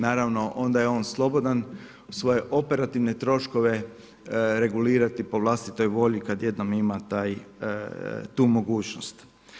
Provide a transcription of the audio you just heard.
Naravno, onda je on slobodan, svoje operativne troškove, regulirati po vlastitoj volji, kada jednom ima tu mogućnost.